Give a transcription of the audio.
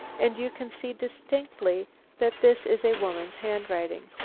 and you can see distinctly that this is a woman's handwriting.